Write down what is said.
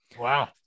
Wow